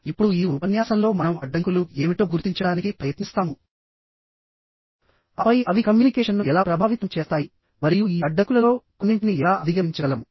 ఇప్పుడుఈ ఉపన్యాసంలో మనం అడ్డంకులు ఏమిటో గుర్తించడానికి ప్రయత్నిస్తాముఆపై అవి కమ్యూనికేషన్ను ఎలా ప్రభావితం చేస్తాయి మరియు ఈ అడ్డంకులలో కొన్నింటిని ఎలా అధిగమించగలము